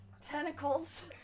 tentacles